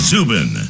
Zubin